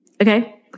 Okay